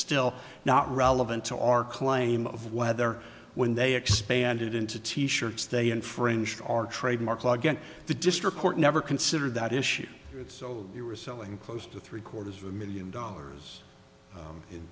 still not relevant to our claim of whether when they expanded into t shirts they infringed our trademark law again the district court never considered that issue so you were selling close to three quarters of a million dollars